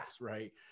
right